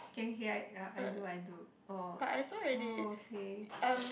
kay kay kay I uh I do I do oh oh okay